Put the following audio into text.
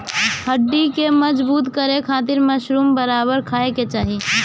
हड्डी के मजबूत करे खातिर मशरूम बराबर खाये के चाही